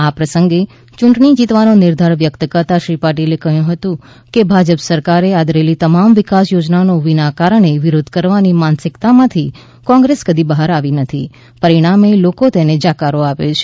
આ પ્રસંગે ચૂંટણી જીતવાનો નિર્ધાર વ્યકત કરતાં શ્રી પાટિલે કહ્યું હતું કે ભાજપ સરકારે આદરેલી તમામ વિકાસ યોજનાનો વિના કારણ વિરોધ કરવાની માનસિકતામાંથી કોંગ્રેસ કદી બહાર આવી નથી પરિણામે લોકો તેને જાકારો આપે છે